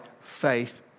faith